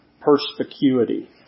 perspicuity